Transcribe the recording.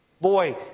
boy